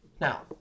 Now